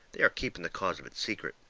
they are keeping the cause of it secret.